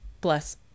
Bless